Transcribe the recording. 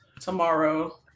tomorrow